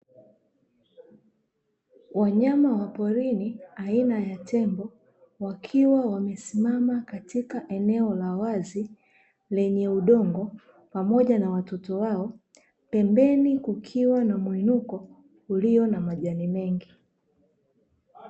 Wanyama wa porini aina ya tembo wakiwa wamesimama katika eneo la wazi lenye udongo pamoja na watoto wao, pembeni kukiwa na mwinuko ulio na majani mengi.